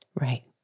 Right